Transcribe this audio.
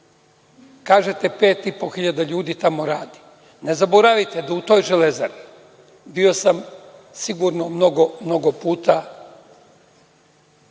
– pet i po hiljada ljudi tamo radi. Ne zaboravite da su u toj „Železari“, bio sam sigurno mnogo puta,